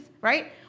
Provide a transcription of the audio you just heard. right